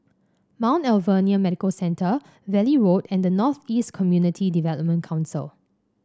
Mount Alvernia Medical Centre Valley Road and North East Community Development Council